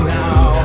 now